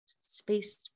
space